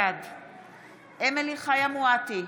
בעד אמילי חיה מואטי,